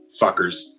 fuckers